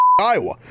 Iowa